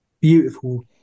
beautiful